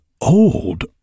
old